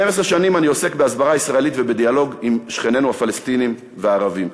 12 שנים אני עוסק בהסברה ישראלית ובדיאלוג עם שכנינו הפלסטינים והערבים.